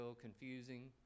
confusing